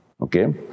Okay